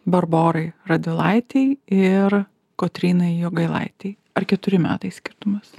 barborai radvilaitei ir kotrynai jogailaitei ar keturi metai skirtumas